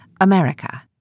America